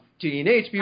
Teenage